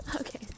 Okay